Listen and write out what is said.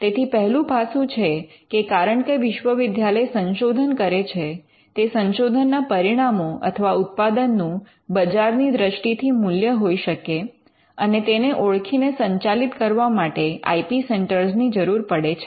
તેથી પહેલું પાસું છે કે કારણકે વિશ્વવિદ્યાલય સંશોધન કરે છે તે સંશોધનના પરિણામો અથવા ઉત્પાદનનું બજારની દ્રષ્ટિથી મૂલ્ય હોઈ શકે અને તેને ઓળખીને સંચાલિત કરવા માટે આઇ પી સેન્ટર ની જરૂર પડે છે